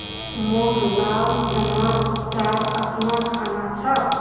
मोक लाल चनार चाट अखना खाना छ